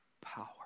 power